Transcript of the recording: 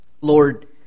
Lord